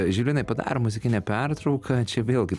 žilinai padarom muzikinę pertrauką čia vėlgi